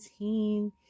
19